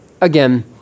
again